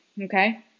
okay